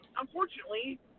unfortunately